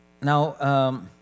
Now